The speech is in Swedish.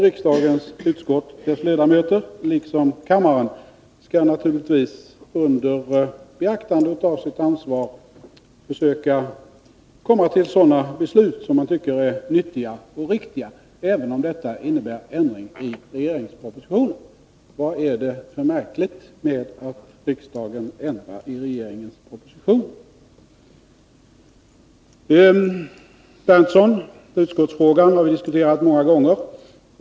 Riksdagens utskott och deras ledamöter skall liksom kammaren naturligtvis under beaktande av sitt ansvar försöka komma fram till sådana beslut som är nyttiga och riktiga, även om detta innebär en ändring i regeringspropositionen. Vad är det för märkligt med att riksdagen ändrar i regeringens proposition? Utskottsfrågan, Nils Berndtson, har vi diskuterat många gånger.